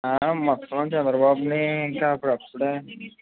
మొత్తం అంతా చంద్రబాబుని ఇంక అప్పుడప్పుడే